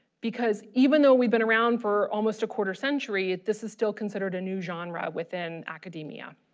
because even though we've been around for almost a quarter century this is still considered a new genre within academia.